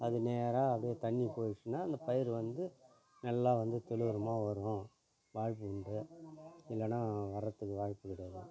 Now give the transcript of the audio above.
அது நேராக அப்படியே தண்ணி போயிடுச்சுன்னா அந்த பயிர் வந்து நல்லா வந்து துளிருமாக வரும் வாய்ப்பு உண்டு இல்லைனா வர்றத்துக்கு வாய்ப்பு கிடையாது